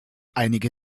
einige